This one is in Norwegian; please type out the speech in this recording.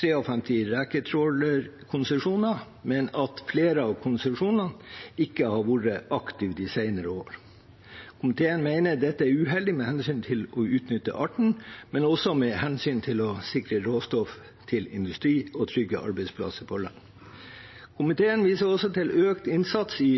53 reketrålkonsesjoner, men at flere av konsesjonene ikke har vært aktive de senere år. Komiteen mener dette er uheldig med hensyn til å utnytte arten, men også med hensyn til å sikre råstoff til industrien og trygge arbeidsplasser på land. Komiteen viser også til at økt innsats i